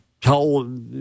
tell